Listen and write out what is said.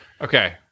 Okay